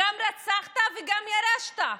הגם רצחת וגם ירשת?